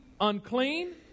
unclean